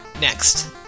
Next